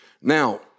Now